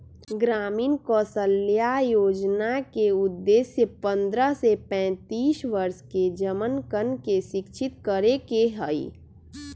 ग्रामीण कौशल्या योजना के उद्देश्य पन्द्रह से पैंतीस वर्ष के जमनकन के शिक्षित करे के हई